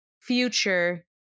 future